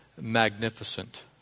magnificent